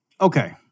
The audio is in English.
Okay